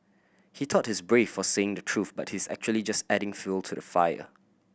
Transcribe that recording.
he thought he's brave for saying the truth but he's actually just adding fuel to the fire